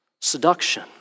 seduction